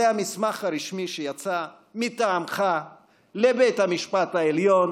זה המסמך הרשמי שיצא מטעמך לבית המשפט העליון